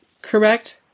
Correct